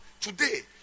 Today